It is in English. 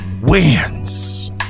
wins